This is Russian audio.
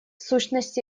сущности